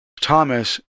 Thomas